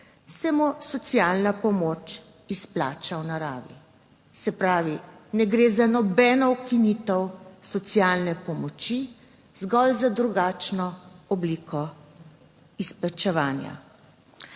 se mu socialna pomoč izplača v naravi. Se pravi, ne gre za nobeno ukinitev socialne pomoči, zgolj za drugačno obliko izplačevanja.